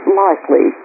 likely